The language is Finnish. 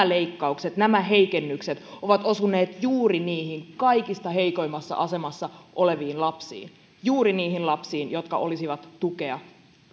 leikkaukset nämä heikennykset ovat osuneet juuri niihin kaikista heikoimmassa asemassa oleviin lapsiin juuri niihin lapsiin jotka olisivat tukea